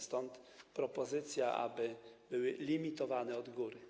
Stąd propozycja, aby były limitowane od góry.